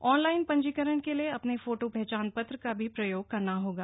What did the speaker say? online पंजीकरण के लिए अपने फोटो पहचान पत्र का भी प्रयोग करना होगा